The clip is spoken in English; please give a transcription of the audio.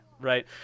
Right